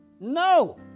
No